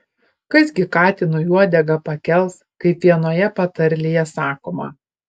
kas gi katinui uodegą pakels kaip vienoje patarlėje sakoma